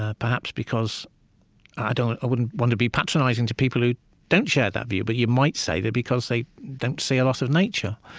ah perhaps because i wouldn't want to be patronizing to people who don't share that view, but you might say that because they don't see a lot of nature,